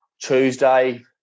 Tuesday